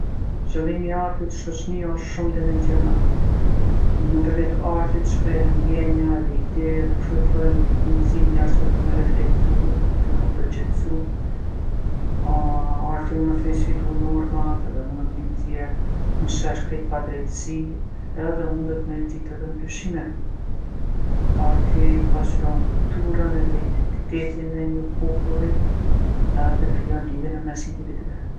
Qëllimi i artit n'shoqni osht shumëdimenzional. Nëpërmjet artit shprehen ndjenja edhe ide edhe kshu i ofrojmë mundsi njerzve për me reflektu edhe për me u ndërgjegjsu. Arti munët me i sfidu normat edhe munët me i nxjerrë n'shesh krejt padrejtsitë edhe mundet me nxitë edhe ndryshime. Arti pasqyron kulturën edhe identitetin e nji populli edhe krijon lidhje në mes individëve.